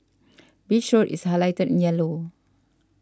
Beach Road is highlighted in yellow